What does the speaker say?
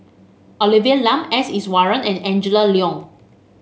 Olivia Lum S Iswaran and Angela Liong